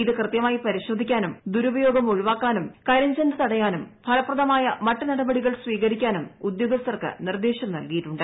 ഇത് കൃത്യമായി പരിശോധിക്കാനും ദുരുപയോഗം ഒഴിവാക്കാനും കരിഞ്ചന്ത തടയാനും ഫലപ്രദമായ മറ്റ് നൂട്പ്പിടികൾ സ്വീകരിക്കാനും ഉദ്യോഗസ്ഥർക്ക് നിർദ്ദേശം നൽകിയിട്ടു്ണ്ട്